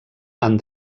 han